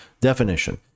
Definition